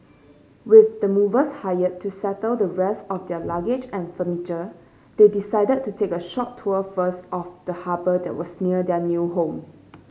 with the movers hired to settle the rest of their luggage and furniture they decided to take a short tour first of the harbour that was near their new home